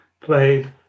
played